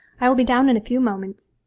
i will be down in a few moments